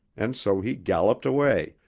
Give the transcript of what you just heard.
and so he galloped away,